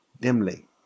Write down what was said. dimly